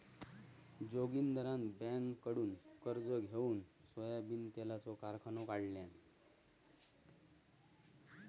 जोगिंदरान बँककडुन कर्ज घेउन सोयाबीन तेलाचो कारखानो काढल्यान